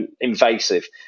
invasive